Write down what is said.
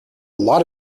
lot